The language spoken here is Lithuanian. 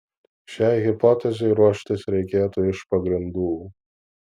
šiai hipotezei ruoštis reikėtų iš pagrindų